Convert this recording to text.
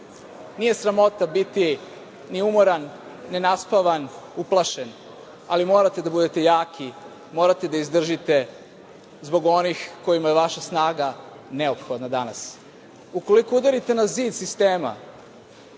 sramota biti ni umoran, nenaspavan, uplašen, ali morate da budete jaki, morate da izdržite zbog onih kojima je vaša strana neophodna danas. Ukoliko udarite na zid sistema,